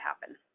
happen